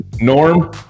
Norm